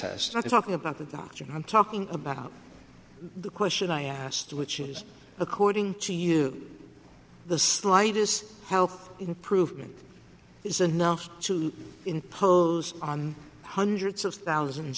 test not talking about the doctrine i'm talking about the question i asked which is according to you the slightest health improvement isn't enough to impose on hundreds of thousands